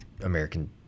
American